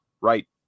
right